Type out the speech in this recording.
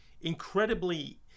incredibly